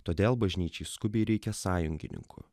todėl bažnyčiai skubiai reikia sąjungininkų